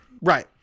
Right